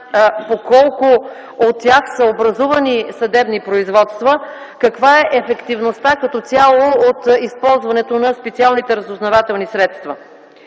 по колко от тях са образувани съдебни производства, каква е ефективността като цяло от използването на специалните разузнавателни средства?